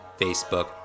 Facebook